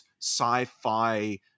sci-fi